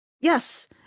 Yes